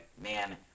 man